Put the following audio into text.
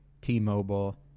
T-Mobile